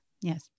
Yes